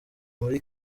muri